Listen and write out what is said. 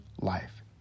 life